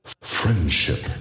Friendship